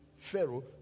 Pharaoh